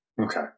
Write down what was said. Okay